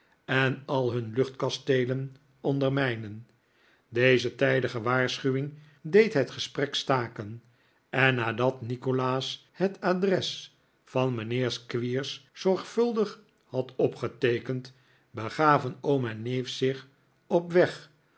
en al hun luchtkasteelen ondermijnen deze tijdigewaarschuwing deed het gesprek staken en nadat nikolaas het adres van mijnheer squeers zorgvuldig had opgeteekend begaven oom en neef zich op weg